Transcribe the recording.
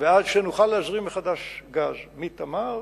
ועד שנוכל להזרים מחדש גז מ"תמר"